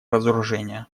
разоружения